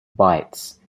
bytes